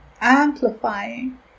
amplifying